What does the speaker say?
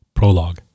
prologue